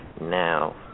now